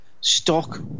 stock